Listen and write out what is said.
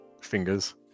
fingers